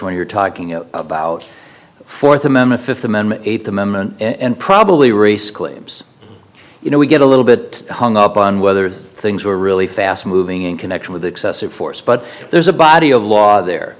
when you're talking about fourth amendment fifth amendment eight the moment and probably reese claims you know we get a little bit hung up on whether things were really fast moving in connection with excessive force but there's a body of law there